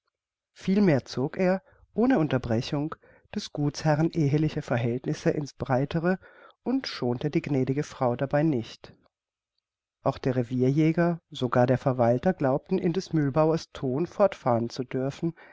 vielmehr zog er ohne unterbrechung des gutsherrn eheliche verhältnisse in's breitere und schonte die gnädige frau dabei nicht auch der revierjäger sogar der verwalter glaubten in des mühlbauers ton fortfahren zu dürfen